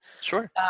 Sure